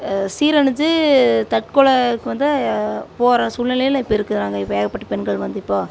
சீரழிஞ்சு தற்கொலைக்கு வந்து போகிற சூழ்நிலையில் இப்போ இருக்கிறாங்க இப்போ ஏகப்பட்ட பெண்கள் வந்து இப்போது